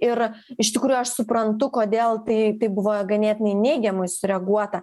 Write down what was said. ir iš tikrųjų aš suprantu kodėl tai tai buvo ganėtinai neigiamai sureaguota